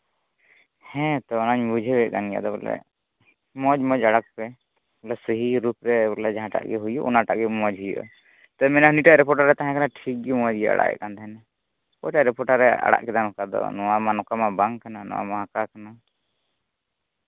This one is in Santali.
ᱦᱮᱸᱛᱚ ᱚᱱᱟᱧ ᱵᱩᱡᱷᱟᱹᱣᱮᱫ ᱠᱟᱱ ᱜᱮᱭᱟ ᱟᱫᱚ ᱵᱚᱞᱮ ᱢᱚᱡᱽ ᱢᱚᱡᱽ ᱟᱲᱟᱜᱽ ᱯᱮ ᱚᱱᱟ ᱥᱟᱹᱦᱤ ᱨᱩᱯ ᱨᱮ ᱵᱚᱞᱮ ᱡᱟᱦᱟᱸᱴᱟᱜ ᱜᱮ ᱦᱩᱭᱩᱜ ᱚᱱᱟᱴᱟᱜ ᱜᱮ ᱢᱚᱡᱽ ᱦᱩᱭᱩᱜᱼᱟ ᱛᱚᱧ ᱢᱮᱱᱟ ᱩᱱᱤᱴᱟᱜ ᱨᱤᱯᱳᱴᱟᱨᱮ ᱛᱟᱦᱮᱸᱠᱟᱱᱟ ᱴᱷᱚᱠ ᱜᱮ ᱢᱚᱡᱽ ᱜᱤᱭ ᱟᱲᱟᱜᱮᱫ ᱠᱟᱱ ᱛᱟᱦᱮᱸᱱᱟ ᱚᱠᱚᱭᱴᱟᱜ ᱨᱤᱯᱳᱴᱟᱨᱮ ᱟᱲᱟᱜ ᱠᱮᱫᱟ ᱱᱚᱝᱠᱟ ᱫᱚ ᱱᱚᱣᱟ ᱢᱟ ᱱᱚᱝᱠᱟ ᱢᱟ ᱵᱟᱝ ᱠᱟᱱᱟ ᱱᱚᱣᱟ ᱢᱟ ᱦᱟᱝᱠᱟ ᱠᱟᱱᱟ